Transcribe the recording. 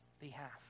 behalf